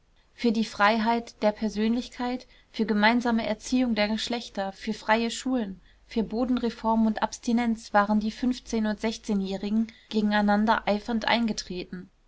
für die freiheit der persönlichkeit für gemeinsame erziehung der geschlechter für freie schule für bodenreform und abstinenz waren die fünfzehn und sechzehnjährigen gegeneinander eifernd eingetreten